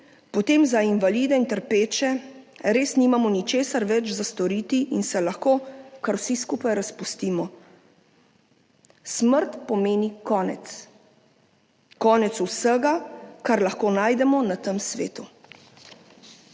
potem za invalide in trpeče res nimamo ničesar več za storiti in se lahko kar vsi skupaj razpustimo. Smrt pomeni konec, konec vsega, kar lahko najdemo na tem svetu.